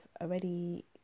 already